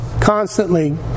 constantly